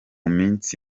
minsi